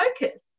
focus